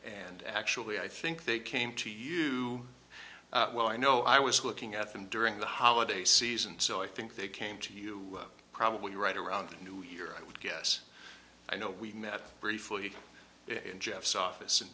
and actually i think they came to you well i know i was looking at them during the holiday season so i think they came to you probably right around the new year i would guess i know we met briefly in jeff's office in